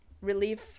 relief